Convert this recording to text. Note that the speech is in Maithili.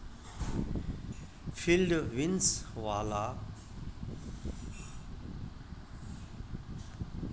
फील्ड बीन्स, वाल या बटर बीन कॅ सब्जी महाराष्ट्र आरो गुजरात मॅ ज्यादा उपजावे छै